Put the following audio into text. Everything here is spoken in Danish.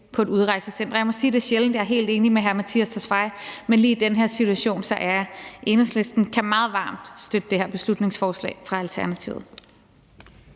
på et udrejsecenter. Og jeg må sige, det er sjældent, jeg er helt enig med hr. Mattias Tesfaye, men lige i den her situation er jeg. Enhedslisten kan meget varmt støtte det her beslutningsforslag fra Alternativet.